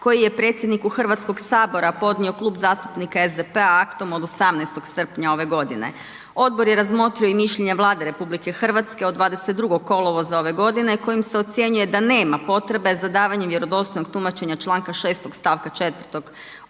koji je predsjedniku HS podnio Klub zastupnika SDP-a aktom od 18. srpnja ove godine. Odbor je razmotrio i mišljenja Vlade RH od 22. kolovoza ove godine kojim se ocjenjuje da nema potrebe za davanjem vjerodostojnog tumačenja čl. 6. st. 4.